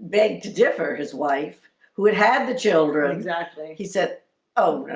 begged to differ his wife who had had the children exactly. he said oh,